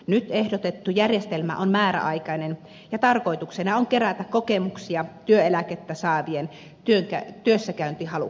nyt ehdotettu järjestelmä on määräaikainen ja tarkoituksena on kerätä kokemuksia työeläkettä saavien työssäkäyntihalukkuudesta